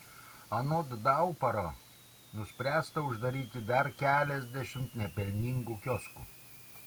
anot dauparo nuspręsta uždaryti dar keliasdešimt nepelningų kioskų